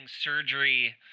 surgery